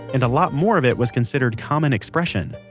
and a lot more of it was considered common expression.